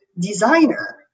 designer